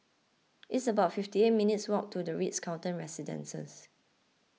it's about fifty eight minutes' walk to the Ritz Carlton Residences